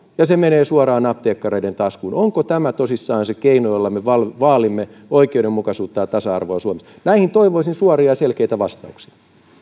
ja se menee suoraan apteekkareiden taskuun onko tämä tosissaan se keino jolla me vaalimme vaalimme oikeudenmukaisuutta ja tasa arvoa suomessa näihin toivoisin suoria ja selkeitä vastauksia